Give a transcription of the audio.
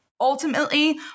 Ultimately